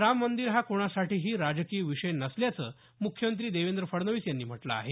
राम मंदीर हा कोणासाठीही राजकीय विषय नसल्याचं मुख्यमंत्री देवेंद्र फडणवीस यांनी म्हटलं आहे